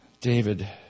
David